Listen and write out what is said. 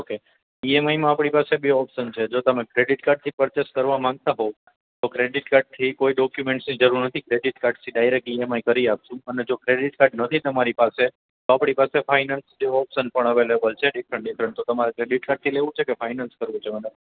okay ઈએમઆઈમાં આપણી પાસે બે ઓપ્સન છે જો તમે ક્રેડિટ કાર્ડથી પરચેસ કરવા માંગતા હો તો ક્રેડિટ કાર્ડથી કોઈ ડોક્યુમેન્ટ્સની જરૂર નથી ક્રેડિટ કાર્ડથી ડાયરેક્ટ ઈએમઆઈ કરી આપશું અને જો ક્રેડિટ કાર્ડ નથી તમારી પાસે તો આપણી પાસે ફાઇનાન્સ જેવો ઓપ્શન પણ અવેલેબલ છે ડીફ્રન્ટ ડિફ્રેન્ટ તો તમારે ક્રેડિટ કાર્ડથી લેવું છે કે ફાઈનાન્સ લેવું મેડમ